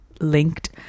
linked